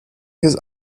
his